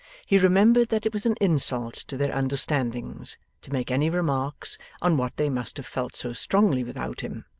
he remembered that it was an insult to their understandings to make any remarks on what they must have felt so strongly without him,